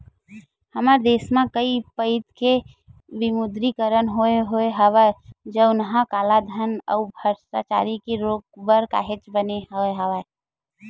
हमर देस म कइ पइत के विमुद्रीकरन होय होय हवय जउनहा कालाधन अउ भस्टाचारी के रोक बर काहेक बने होय हे